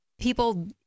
people